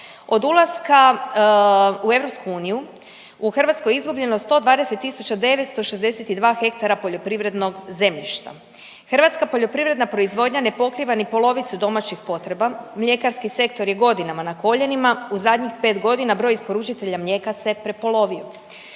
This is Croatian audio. Od ulaska u EU u Hrvatskoj je izgubljeno 120 962 hektara poljoprivrednog zemljišta. Hrvatska poljoprivredna proizvodnja ne pokriva ni polovicu domaćih potreba. Mljekarski sektor je godinama na koljenima, u zadnjih 5 godina broj isporučitelja mlijeka se prepolovio.